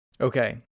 Okay